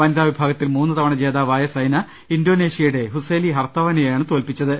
വനിതാവിഭാഗത്തിൽ മൂന്ന് തവണ ജേതാവായ സൈന ഇൻഡോനേഷ്യയുടെ ഹുസ്സേലി ഹർത്താവനെ യാണ് തോൽപ്പിച്ചത്